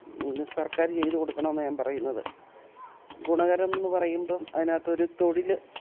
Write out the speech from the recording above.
സർക്കാർ ചെയ്തു കൊടുക്കണമെന്നാണ് ഞാൻ പറയുന്നത് ഗുണകരം എന്നു പറയുമ്പം അതിനകത്തൊരു തൊഴിൽ